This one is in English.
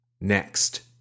Next